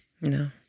No